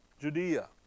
Judea